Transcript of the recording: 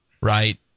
right